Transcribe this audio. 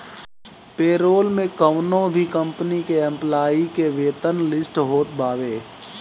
payroll में कवनो भी कंपनी के एम्प्लाई के वेतन लिस्ट होत बावे